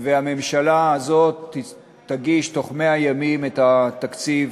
והממשלה הזאת תגיש בתוך 100 ימים את התקציב